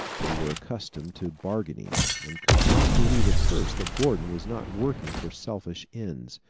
they were accustomed to bargaining, and could not believe at first that gordon was not working for selfish ends.